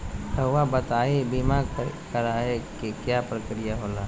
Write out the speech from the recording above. रहुआ बताइं बीमा कराए के क्या प्रक्रिया होला?